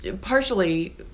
Partially